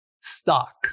stock